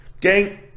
Gang